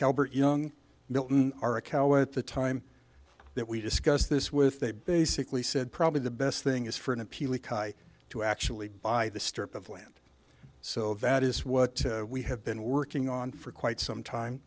calbert young are a cow at the time that we discussed this with they basically said probably the best thing is for an appeal to actually buy the strip of land so that is what we have been working on for quite some time